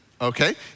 okay